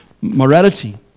morality